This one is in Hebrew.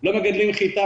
לא מגדלים מספיק חיטה.